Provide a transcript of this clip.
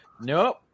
Nope